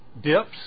Dips